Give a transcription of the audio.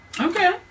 Okay